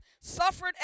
suffered